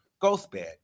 GhostBed